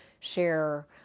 share